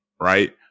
Right